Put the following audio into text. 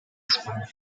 españa